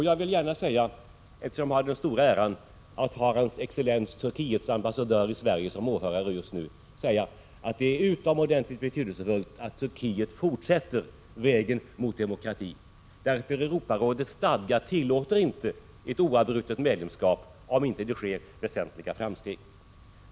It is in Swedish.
Jag vill gärna säga, eftersom jag har den stora äran att ha hans excellens den turkiske ambassadören i Sverige som åhörare just nu, att det är utomordentligt betydelsefullt att Turkiet fortsätter vägen mot demokrati. Enligt Europarådets stadgar kan medlemskapetnämligen inte behållas, om inte väsentliga framsteg görs.